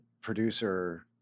producer